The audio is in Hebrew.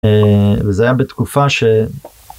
וזה היה בתקופה ש...